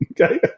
Okay